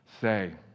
say